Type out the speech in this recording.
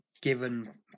given